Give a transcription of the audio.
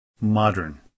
modern